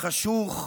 החשוך,